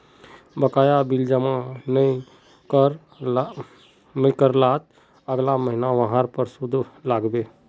बकाया बिल जमा नइ कर लात अगला महिना वहार पर सूद लाग बे